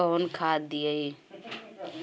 कौन खाद दियई?